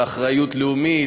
באחריות לאומית,